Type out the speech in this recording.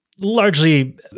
largely